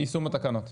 יישום התקנות.